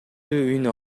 үйүнө